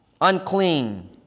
Unclean